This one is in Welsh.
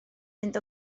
fynd